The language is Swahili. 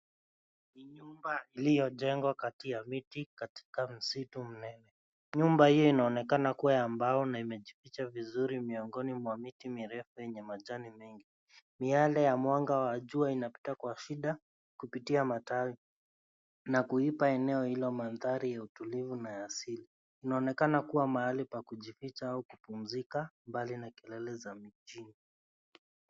Ni nyumba iliyojengwa kati ya miti katika msitu mnene. Nyumba hio inaonekana kuwa ya mbao na imejificha vizuri miongoni mwamiti mirefu yenye majani mengi. Miale ya mwanga wa jua inapita kwa shida kupitia matawi na kuipa eneo hilo mandhari ya utulivu na ya asili. Unaonekana kuwa mahali pa kujificha au kupumzika mbali na kelele za mijini.